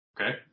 Okay